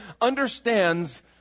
understands